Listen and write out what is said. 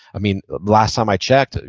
i mean, the last time i checked,